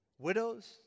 Widows